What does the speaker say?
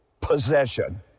possession